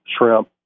shrimp